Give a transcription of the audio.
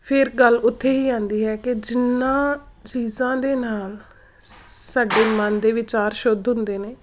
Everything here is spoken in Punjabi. ਫਿਰ ਗੱਲ ਉੱਥੇ ਹੀ ਆਉਂਦੀ ਹੈ ਕਿ ਜਿੰਨਾ ਚੀਜ਼ਾਂ ਦੇ ਨਾਲ ਸ ਸਾਡੇ ਮਨ ਦੇ ਵਿਚਾਰ ਸ਼ੁੱਧ ਹੁੰਦੇ ਨੇ